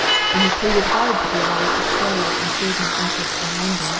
and he pleaded hard to be allowed to stay and serve my interests in london.